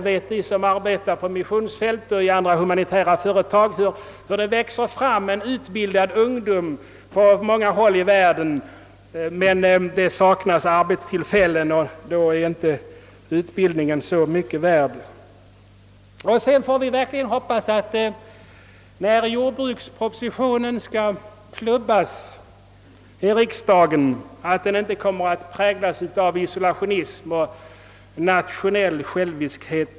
Vi som arbetar på missionsfälten och i andra humanitära företag vet hur det växer fram en utbildad ungdom på många håll i världen. Men det saknas arbetstillfällen, och då är utbildningen inte mycket värd. Vi får nu verkligen hoppas att jordbrukspropositionen när den skall klubbas i riksdagen inte kommer att präglas av isolationism och nationell själviskhet.